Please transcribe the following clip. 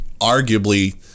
arguably